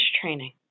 training